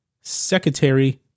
Secretary